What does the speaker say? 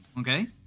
Okay